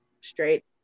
straight